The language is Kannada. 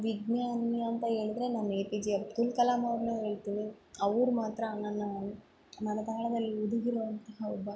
ವಿಜ್ಞಾನಿ ಅಂತ ಹೇಳಿದ್ರೆ ನಮ್ಮ A P J Abdul Kalam ಅವರನ್ನು ಹೇಳ್ತಿನಿ ಅವ್ರು ಮಾತ್ರ ನನ್ನ ಮನದಾಳದಲ್ಲಿ ಹುದುಗಿರುವಂತಹ ಒಬ್ಬ